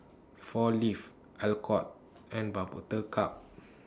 four Leaves Alcott and Buttercup